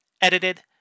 edited